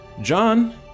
John